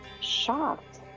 shocked